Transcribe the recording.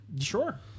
Sure